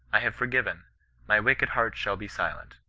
i have forgiven my wicked heart shall be silent.